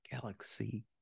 Galaxy